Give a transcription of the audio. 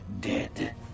dead